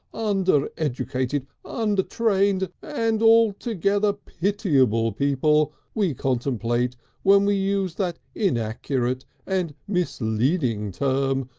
under-educated, under-trained and altogether pitiable people we contemplate when we use that inaccurate and misleading term,